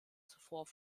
zuvor